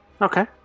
Okay